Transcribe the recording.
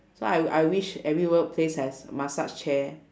so I I wish every workplace has massage chair